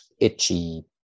itchy